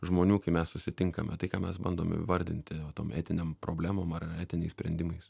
žmonių kai mes susitinkame tai ką mes bandome įvardinti tom etinėm problemom ar etiniais sprendimais